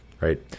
right